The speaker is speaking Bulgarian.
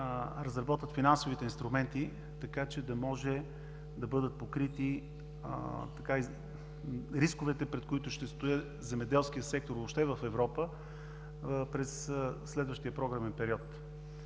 разработят финансовите инструменти, така че да може да бъдат покрити рисковете, пред които ще стои земеделският сектор въобще в Европа през следващия програмен период.